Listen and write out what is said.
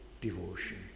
devotion